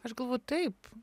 aš galvoju taip